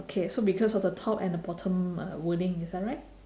K so because of the top and the bottom uh wording is that right